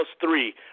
three